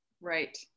Right